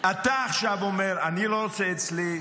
אם אתה עכשיו אומר: אני לא רוצה אצלי ככה.